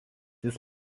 jis